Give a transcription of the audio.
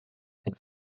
ein